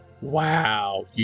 Wow